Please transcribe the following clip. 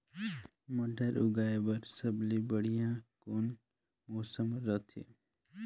मटर उगाय बर सबले बढ़िया कौन मौसम रथे?